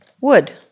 wood